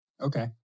Okay